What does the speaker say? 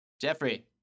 Jeffrey